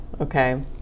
okay